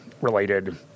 related